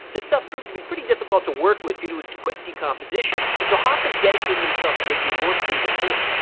this stuff proved to be difficult to work with due to its quick decomposition and so hoffman dedicated himself to making a more stable form.